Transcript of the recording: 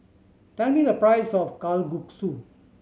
tell me the price of Kalguksu